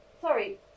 sorry